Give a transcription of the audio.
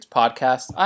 podcast